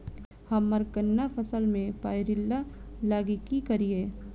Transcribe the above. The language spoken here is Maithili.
हम्मर गन्ना फसल मे पायरिल्ला लागि की करियै?